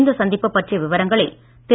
இந்த சந்திப்பு பற்றிய விவரங்களை திரு